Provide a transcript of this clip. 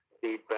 Feedback